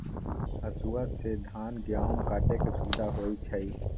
हसुआ से धान गहुम काटे में सुविधा होई छै